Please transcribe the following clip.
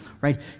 right